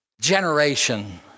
Generation